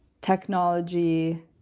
technology